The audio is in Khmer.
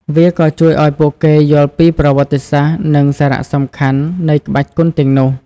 វាក៏ជួយឲ្យពួកគេយល់ពីប្រវត្តិសាស្រ្ត និងសារៈសំខាន់នៃក្បាច់គុនទាំងនោះ។